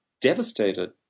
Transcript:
devastated